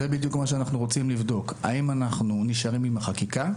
זה בדיוק מה שאנחנו רוצים לבדוק - האם אנחנו נשארים עם החקיקה,